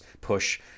push